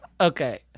Okay